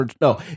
no